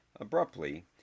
abruptly